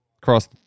cross